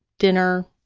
dinner.